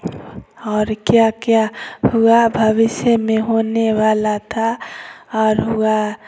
और क्या क्या हुआ भविष्य में होने वाला था और हुआ